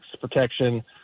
protection